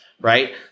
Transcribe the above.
right